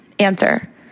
answer